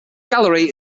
gallery